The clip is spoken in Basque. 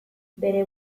bere